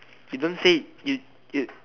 you don't say it you you